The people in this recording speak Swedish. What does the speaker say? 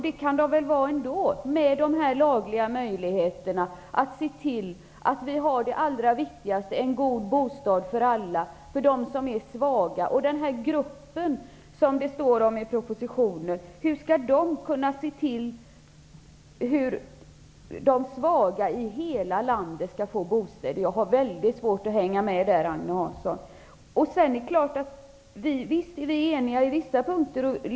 Det kan de ju vara ändå och med hjälp av de lagliga möjligheterna se till att det viktigaste ges, nämligen en god bostad för alla -- även för dem som är svaga. Hur skall denna grupp som nämns i propositionen kunna se till att alla de svaga i hela landet skall få bostäder? Jag har svårt att hänga med där, Agne Hansson. Det är klart att vi är eniga på vissa punkter.